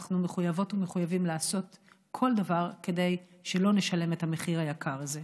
ואנחנו מחויבות ומחויבים לעשות כל דבר כדי שלא נשלם את המחיר היקר הזה.